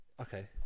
okay